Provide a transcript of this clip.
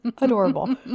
adorable